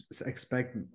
expect